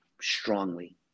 strongly